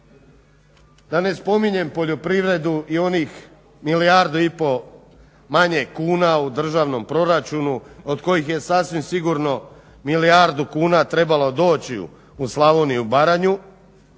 da ne spominjem poljoprivredu i onih milijardu i pol manje kuna u državnom proračunu od kojih je sasvim sigurno milijardu kuna trebalo doći u Slavoniju i Baranju.